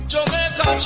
Jamaica